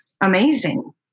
amazing